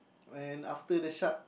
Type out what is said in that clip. and after the shark